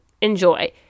enjoy